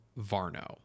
Varno